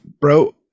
bro